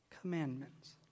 commandments